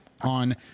on